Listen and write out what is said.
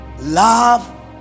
love